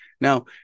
now